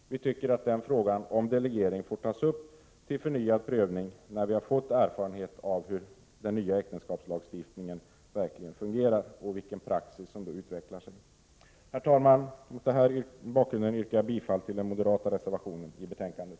Vi tycker att frågan om delegering får tas upp till förnyad prövning när vi har fått erfarenhet av hur den nya äktenskapslagstiftningen verkligen fungerar och vilken praxis som då utvecklar sig. Herr talman! Mot denna bakgrund yrkar jag bifall till den moderata reservationen i betänkandet.